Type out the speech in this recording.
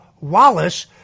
Wallace